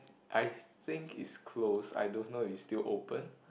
I think it's closed I don't know if is still open